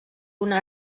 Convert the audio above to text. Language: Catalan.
una